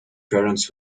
parents